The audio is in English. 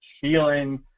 feeling